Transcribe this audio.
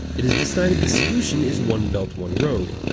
it has decided the solution is one belt, one road,